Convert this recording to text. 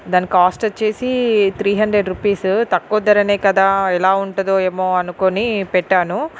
దాని కాస్ట్ వచ్చేసి three hundred rupees తక్కువ ధరనే కదా ఎలా ఉంటదో ఏమో అనుకొని పెట్టాను